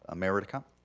ah mayor redekop.